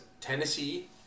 Tennessee